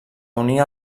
unir